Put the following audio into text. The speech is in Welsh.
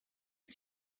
wyt